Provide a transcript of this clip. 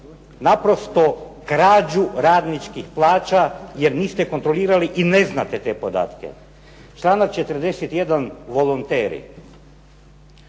naprosto krađu radničkih plaća, jer niste kontrolirali i ne znate te podatke. Članak 41. volonteri.